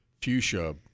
fuchsia